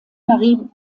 marie